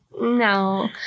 no